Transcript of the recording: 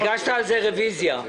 הגשת על זה רביזיה.